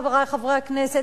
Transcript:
חברי חברי הכנסת,